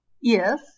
Yes